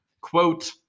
quote